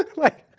ah like,